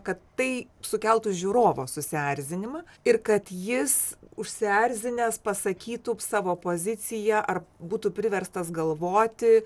kad tai sukeltų žiūrovo susierzinimą ir kad jis užsierzinęs pasakytų savo poziciją ar būtų priverstas galvoti